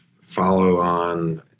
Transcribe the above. follow-on